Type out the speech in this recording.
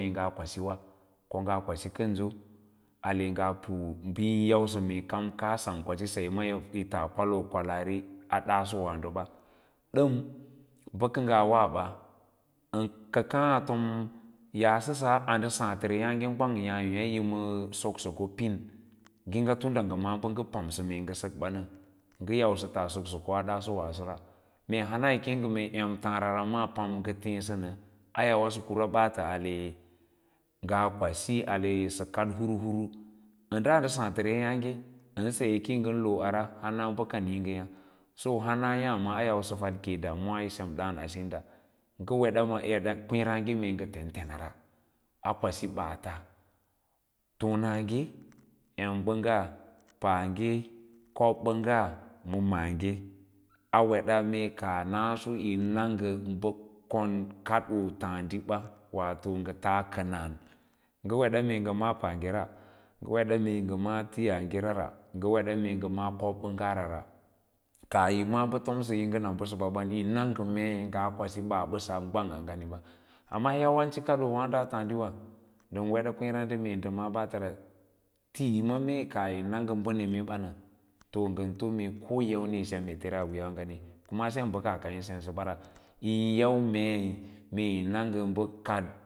Nga kwasi vansi ala mngaa pu bə yin yausa mee kam kaasa kwasi saye ma yiaa kwaloo a ɗaaso avaádoba dam ba nga nga wa ɓa ka kaa a tom yaa saba andasaatara ya age yaàyo gwang ya yima sokso ko pin ngiiga tir da nga maa bə pamsə meenga sa ban nə nga yausa taa soksok a daasoovaaso ra mee hana yi kee nga mee emtaara ra maa oam nga teesa na a yuwa sa kun ɓaatə ale nga kwasi ale sə kad hir hir loo ara hana bə kanii nga ya si han a yaâ ma ayausa fad ke damu wa semaa sinda nga oreda maa kweeraage mee nga oreda maa kweeraage mee nga tentenaraa kwasi baata tonage embang paage kobbangya ma maage a weda mee kaah ma maage a weda mee kaah naso yi na nga ba kon kadoo laadika waato ngatas kanam nga wed mee nga maâ paaferea nga weda mee nga mas to yaagerra nga weda mee nga maa kobbanggara ra, kaah yi maǎ ba tomsa yi nga naban yi na nga mei nga kwasi baa ɓasaa gwang a ngani ba amma yawanxi kadoo wando a taadiwa ndan weda kwereěraâse mee nda maa baatəra tii mamee kaah yi na nga ə neme bang to rau ngan too yamni yisem atersa a wiiya ngami kuma sem ba kaah yni sensabara yin yau mei mee yi na ngə bə kad